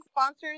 sponsors